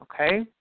okay